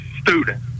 student